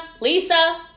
Lisa